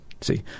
See